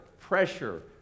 pressure